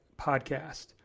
podcast